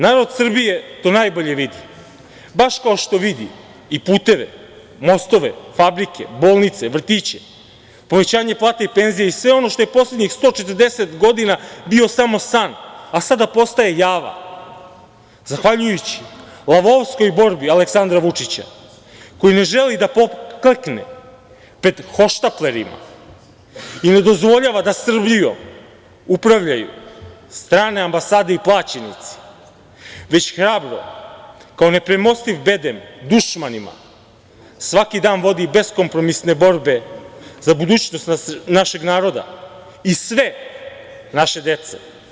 Narod Srbije to najbolje vidi, baš kao što vidi i puteve, mostove, fabrike, bolnice, vrtiće, povećanje plata i penzija i sve ono što je poslednjih 140 godina bio samo san, a sada postaje java, zahvaljujući lavovskoj borbi Aleksandra Vučića, koji ne želi da poklekne pred hohštaplerima i ne dozvoljava da Srbijom upravljaju strane ambasade i plaćenici, već hrabro kao nepremostiv bedem dušmanima, svaki dan vodi beskompromisne borbe za budućnost našeg naroda i sve naše dece.